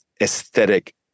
aesthetic